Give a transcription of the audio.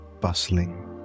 bustling